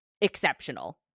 exceptional